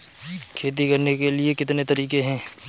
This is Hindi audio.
खेती करने के कितने तरीके हैं?